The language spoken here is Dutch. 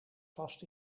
vast